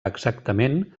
exactament